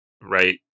right